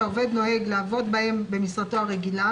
- ימים בשבוע העבודה שהעוסק נוהג לעבוד בהם במשרתו הרגילה